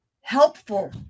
helpful